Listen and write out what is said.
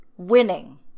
winning